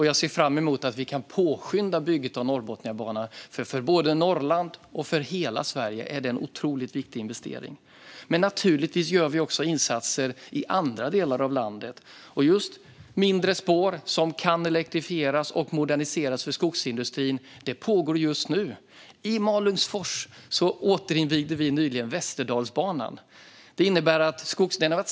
Jag ser fram emot att påskynda bygget av den, för både för Norrland och för hela Sverige är den en otroligt viktig investering. Men naturligtvis gör vi också insatser i andra delar av landet. Just när det gäller mindre spår som kan elektrifieras och moderniseras för skogsindustrin pågår det arbete just nu. I Malungsfors återinvigde vi nyligen Västerdalsbanan. Den hade varit stängd i tio år.